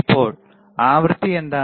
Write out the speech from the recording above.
ഇപ്പോൾ ആവൃത്തി എന്താണ്